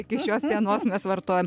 iki šios dienos mes vartojam